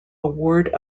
award